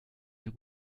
nous